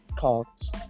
thoughts